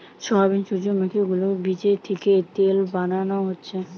soybean, সূর্যোমুখী গুলোর বীচ থিকে তেল বানানো হচ্ছে